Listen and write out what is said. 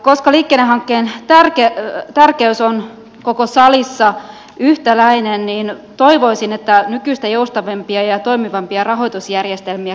koska liikennehankkeen tärkeys on koko salissa yhtäläinen niin toivoisin että nykyistä joustavampia ja toimivampia rahoitusjärjestelmiä kehitettäisiin